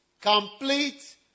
Complete